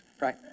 right